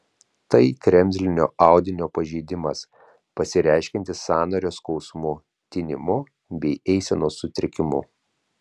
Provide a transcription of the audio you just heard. tai kremzlinio audinio pažeidimas pasireiškiantis sąnario skausmu tinimu bei eisenos sutrikimu